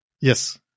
Yes